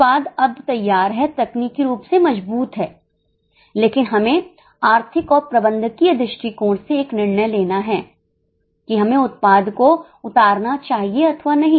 उत्पाद अब तैयार है तकनीकी रूप से मजबूत है लेकिन हमें आर्थिक और प्रबंधकीय दृष्टिकोण से एक निर्णय लेना है कि हमें उत्पाद को उतारना चाहिए अथवा नहीं